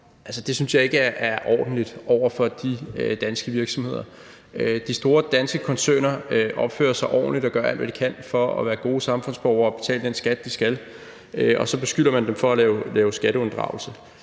det synes jeg ikke er ordentligt over for de danske virksomheder. I de store danske koncerner opfører man sig ordentligt og gør alt, hvad man kan for at være gode samfundsborgere og betale den skat, man skal – og så beskylder man dem for at lave skatteunddragelse.